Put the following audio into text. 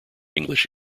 english